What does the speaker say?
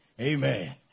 amen